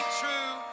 true